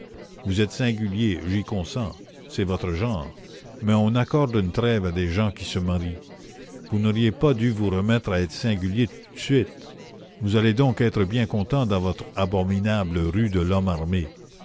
vous êtes singulier j'y consens c'est votre genre mais on accorde une trêve à des gens qui se marient vous n'auriez pas dû vous remettre à être singulier tout de suite vous allez donc être bien content dans votre abominable rue de